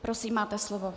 Prosím, máte slovo.